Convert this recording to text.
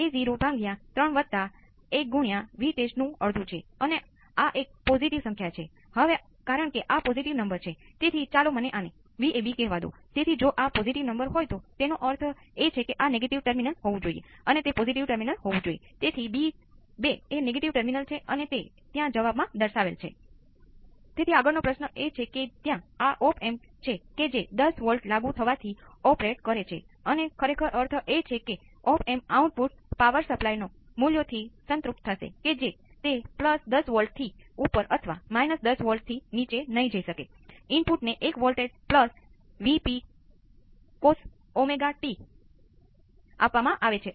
એકવાર તમે તે વસ્તુઓને ઓળખી લો પછી તમારે જે ઓળખવાની બાકી રહેલી એકમાત્ર વસ્તુ હોય છે તે સમય અચળાંક છે અને તે પણ ઓળખી શકાય છે કારણ કે તમારી પાસે સિંગલ કેપેસિટર કે જે સમય અચળાંક હોય છે